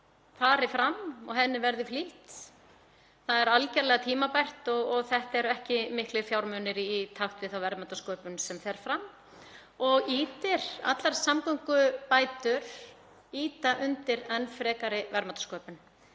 fari fram og henni verði flýtt. Það er algerlega tímabært og þetta eru ekki miklir fjármunir í samhengi við þá verðmætasköpun sem fer fram og allar samgöngubætur ýta undir enn frekari verðmætasköpun.